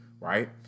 right